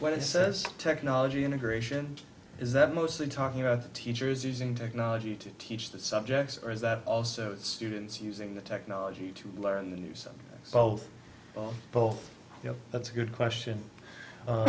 what it says technology integration is that mostly talking about teachers using technology to teach the subjects or is that also students using the technology to learn the use both both that's a good question